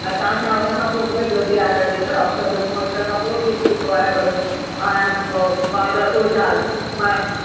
ऐं तव्हां छा हुन खां पोइ मूंखे ॿियो बि ऑर्डर ॾींदव छो जो मूं वटि त कपिड़ो बि अची वयो आहे घणो ऐं ॿार उहो छा मां